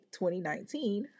2019